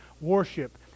worship